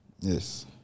Yes